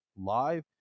Live